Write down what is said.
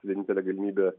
vienintelė galimybė